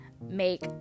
make